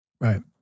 Right